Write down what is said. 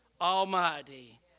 Almighty